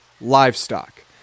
livestock